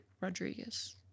Rodriguez